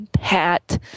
hat